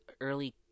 early